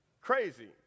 Crazy